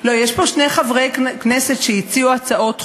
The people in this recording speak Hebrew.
יש פה שני חברי כנסת שהציעו הצעות חוק,